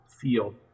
feel